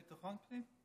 יש ביטחון פנים?